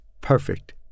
perfect